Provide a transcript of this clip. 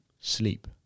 sleep